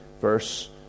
verse